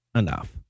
enough